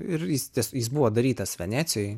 ir jis tas jis buvo darytas venecijoj